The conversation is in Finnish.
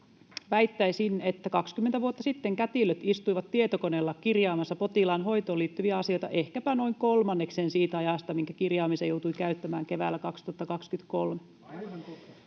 Väittäisin, että 20 vuotta sitten kätilöt istuivat tietokoneella kirjaamassa potilaan hoitoon liittyviä asioita ehkäpä noin kolmanneksen siitä ajasta, minkä kirjaamiseen joutui käyttämään keväällä 2023. Tämä hallitus